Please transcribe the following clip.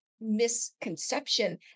misconception